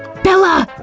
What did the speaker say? bella!